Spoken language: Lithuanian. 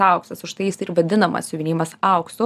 auksas užtai jis ir vadinamas siuvinėjimas auksu